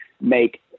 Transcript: make